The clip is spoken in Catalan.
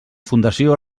fundació